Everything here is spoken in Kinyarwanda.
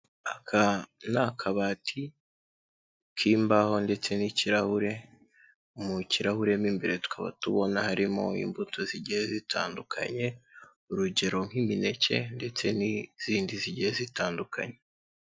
Aka ni akabati k'imbaho ndetse n'ikirahure, mu kirahure mo imbere tukaba tubona harimo imbuto zigiye zitandukanye urugero nk'imineke ndetse n'izindi zigiye zitandukanye.